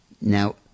Now